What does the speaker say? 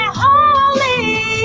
holy